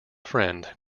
friend